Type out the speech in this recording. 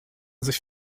sich